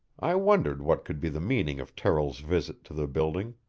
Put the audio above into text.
i wondered what could be the meaning of terrill's visit to the building.